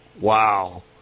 Wow